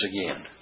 again